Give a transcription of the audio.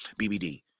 BBD